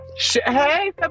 hey